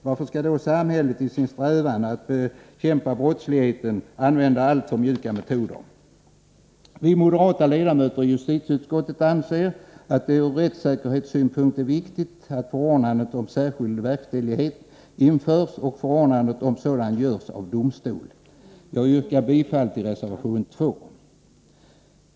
Varför skall då samhället i sin strävan att bekämpa brottsligheten använda alltför mjuka metoder? Vi moderata ledamöter i justitieutskottet anser att det ur rättssäkerhetssynpunkt är viktigt att förordnande om särskild verkställighet införs och att förordnandet om sådan görs av domstol. Jag yrkar bifall till reservation 2.